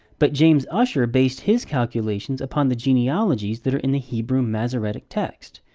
but james ussher based his calculations upon the genealogies that are in the hebrew masoretic text.